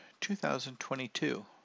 2022